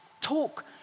Talk